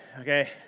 Okay